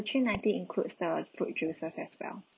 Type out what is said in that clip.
three ninety includes the fruit juices as well